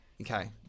Okay